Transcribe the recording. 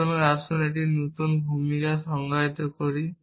সুতরাং আসুন আমরা একটি নতুন ভূমিকা সংজ্ঞায়িত করি